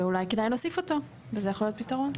ואולי כדאי להוסיף אותו וזה יכול להיות פתרון.